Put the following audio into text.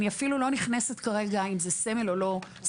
אני אפילו לא נכנסת כרגע אם זה סמל או לא סמל.